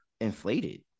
inflated